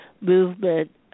movement